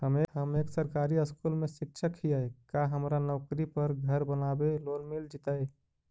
हम एक सरकारी स्कूल में शिक्षक हियै का हमरा नौकरी पर घर बनाबे लोन मिल जितै?